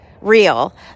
real